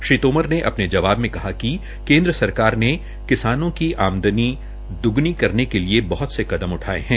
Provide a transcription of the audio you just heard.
श्री तोमर ने अपने जवाब में कहा कि केन्द्र सरकार ने किसानों की आमदनी दुगनी करने के लिए बहत से कदम उठाये है